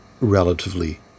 relatively